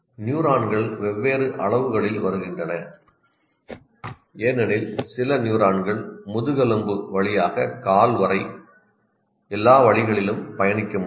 நியூரான்கள் வெவ்வேறு அளவுகளில் வருகின்றன ஏனெனில் சில நியூரான்கள் முதுகெலும்பு வழியாக கால் வரை எல்லா வழிகளிலும் பயணிக்க முடியும்